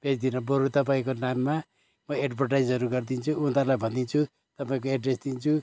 बेच्दिनँ बरू तपाईँको नाममा म एडभर्टाइजहरू गरिदिन्छु उनीहरूलाई भनिदिन्छु तपाईँको एड्रेस दिन्छु